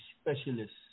specialists